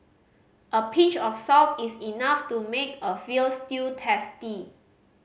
a pinch of salt is enough to make a veal stew tasty